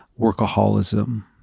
workaholism